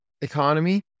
economy